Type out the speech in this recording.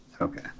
okay